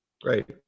Great